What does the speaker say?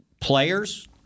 Players –